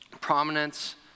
prominence